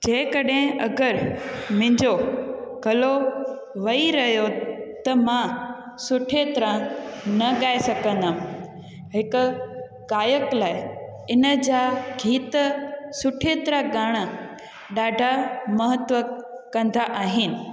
जंहिं कॾहिं अगरि मुंहिंजो गलो वई रहियो त मां सुठे तरह न गाए सघंदमि हिकु गायक लाइ इन जा गीत सुठी तरह गाइण ॾाढा महत्व कंदा आहिनि